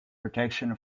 protection